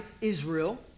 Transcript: Israel